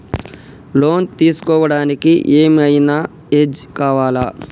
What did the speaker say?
Loan తీస్కోవడానికి ఏం ఐనా ఏజ్ కావాలా?